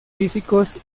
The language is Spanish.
físicos